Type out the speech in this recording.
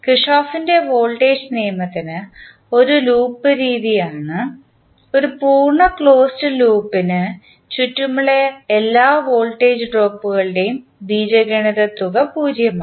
കിർചോഫിൻറെ voltage നിയമത്തിന് ഒരു loop രീതി ആണ് ഒരു പൂർണ്ണ ക്ലോസ് ലൂപ്പിന് ചുറ്റുമുള്ള എല്ലാ വോൾട്ടേജ് ഡ്രോപ്പുകളുടെയും ബീജഗണിത തുക പൂജ്യമാണ്